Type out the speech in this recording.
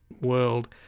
world